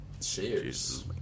Cheers